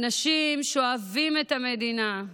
אנשים שאוהבים את המדינה,